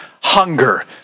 hunger